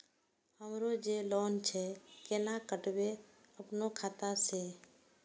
हमरो जे लोन छे केना कटेबे अपनो खाता से?